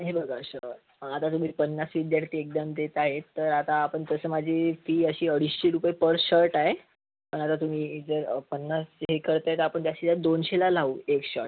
हे बघा सर आता तुम्ही पन्नास विद्यार्थी एकदम देत आहेत तर आता आपण तसं माझी फी अशी अडीचशे रुपये पर शर्ट आहे पण आता तुम्ही जर पन्नास हे करता आहे तर आपण जास्तीत जास्त दोनशेला लावू एक शर्ट